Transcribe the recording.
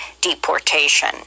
deportation